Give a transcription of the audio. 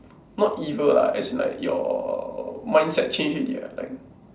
not evil lah as in like your mindset change already what like